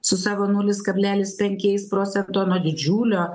su savo nulis kablelis penkiais procento nuo didžiulio